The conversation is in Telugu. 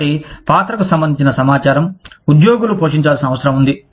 కాబట్టి పాత్రకు సంబంధించిన సమాచారం ఉద్యోగులు పోషించాల్సిన అవసరం ఉంది